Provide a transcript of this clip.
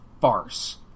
farce